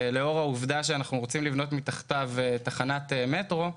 לאור העובדה שאנחנו רוצים לבנות מתחתיו תחנת מטרו,